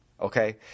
okay